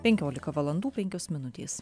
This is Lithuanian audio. penkiolika valandų penkios minutės